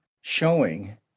showing